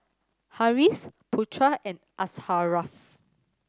Harris Putra and Asharaff